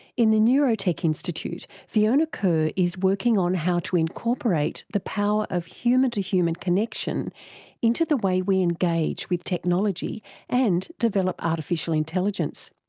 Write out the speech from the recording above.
in the neurotech institute, fiona kerr is working on how to incorporate the power of human-to-human connection into the way we engage with technology and develop artificial intelligence.